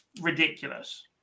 ridiculous